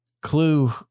Clue